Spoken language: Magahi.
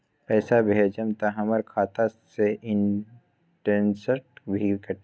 पैसा भेजम त हमर खाता से इनटेशट भी कटी?